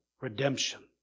redemption